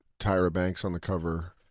tyra banks on the cover,